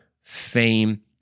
fame